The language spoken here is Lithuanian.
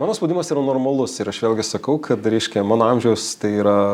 mano spaudimas yra normalus ir aš vėlgi sakau kad reiškia mano amžiaus tai yra